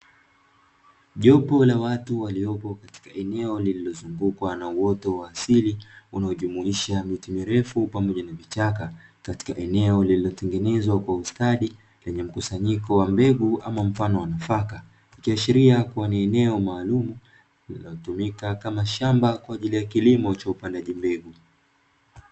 Jopo la watu waliopo katika eneo lililo zungukwa na uoto wa asili unaojumuisha miti mirefu pamoja na vichaka katika eneo lililotengenezwa kwa ustadi, lenye mkusanyiko wa mbegu ama mfano wa nafaka ikiashiria kuwa ni eneo maalumu linalotumika kama shamba kwa ajili ya kilimo cha upandaji mbegu.